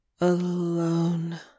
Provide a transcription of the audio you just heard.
alone